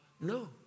No